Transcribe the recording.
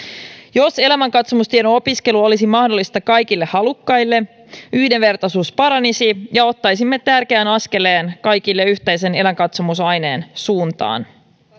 jos elämänkatsomustiedon opiskelu olisi mahdollista kaikille halukkaille yhdenvertaisuus paranisi ja ottaisimme tärkeän askeleen kaikille yhteisen elämänkatsomusaineen suuntaan